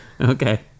Okay